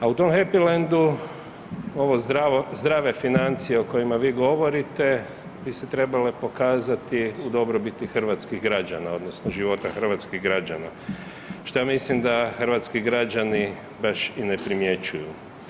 A u tom happy landu ove zdrave financije o kojima vi govorite bi se trebale pokazati u dobrobiti hrvatskih građana odnosno života hrvatskih građana što ja mislim da hrvatski građani baš i ne primjećuju.